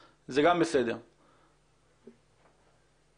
למשרד הפנים שהוא זה שצריך להעביר אותו,